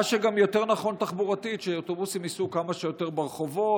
מה שגם יותר נכון תחבורתית שאוטובוסים ייסעו כמה שיותר ברחובות,